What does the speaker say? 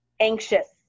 anxious